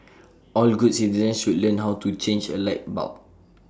all good citizens should learn how to change A light bulb